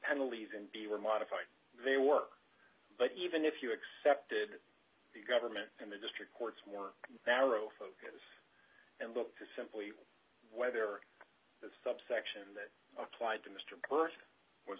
penalties and be were modified they work but even if you accepted the government and the district courts work barrow ok and look to simply whether the subsection that applied to mr burke was